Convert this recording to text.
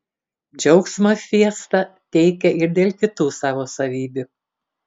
džiaugsmą fiesta teikia ir dėl kitų savo savybių